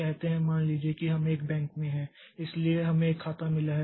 कहते हैं मान लीजिए कि हम एक बैंक में हैं इसलिए हमें एक खाता मिला है